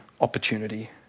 opportunity